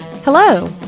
Hello